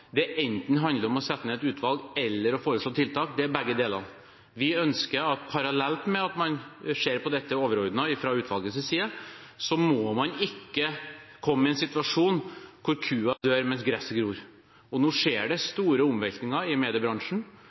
det handler enten om å sette ned et utvalg eller om å foreslå tiltak – det er begge deler. Parallelt med at man ser på dette overordnet fra utvalgets side, må man ikke komme i en situasjon hvor kua dør mens gresset gror. Nå skjer det store omveltninger i mediebransjen,